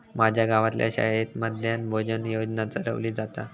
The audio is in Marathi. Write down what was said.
माज्या गावातल्या शाळेत मध्यान्न भोजन योजना चलवली जाता